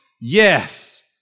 Yes